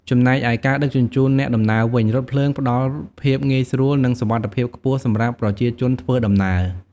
ចំណែកឯការដឹកជញ្ជូនអ្នកដំណើរវិញ រថភ្លើងផ្តល់ភាពងាយស្រួលនិងសុវត្ថិភាពខ្ពស់សម្រាប់ប្រជាជនធ្វើដំណើរ។